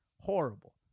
Horrible